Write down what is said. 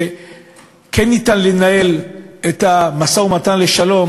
שכן אפשר לנהל את המשא-ומתן לשלום,